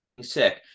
sick